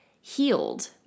healed